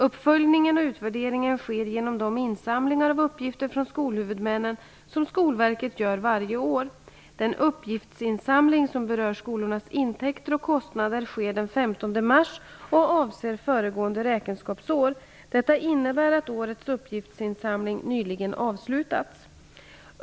Uppföljningen och utvärderingen sker genom de insamlingar av uppgifter från skolhuvudmännen som Skolverket gör varje år. Den uppgiftsinsamling som berör skolornas intäkter och kostnader sker den 15 mars och avser föregående räkenskapsår. Detta innebär att årets uppgiftsinsamling nyligen avslutats.